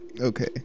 Okay